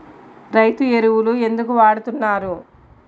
రైతు ఎరువులు ఎందుకు వాడుతున్నారు?